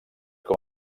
com